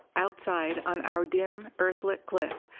outside on our dim, earthlit cliff,